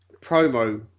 promo